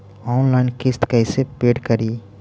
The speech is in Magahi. ऑनलाइन किस्त कैसे पेड करि?